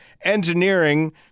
Engineering